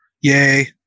Yay